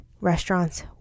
restaurant's